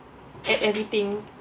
at everything